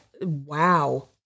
Wow